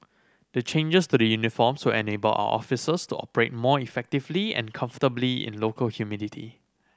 the changes to the uniforms will enable our officers to operate more effectively and comfortably in local humidity